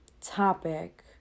topic